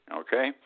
okay